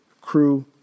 crew